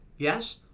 yes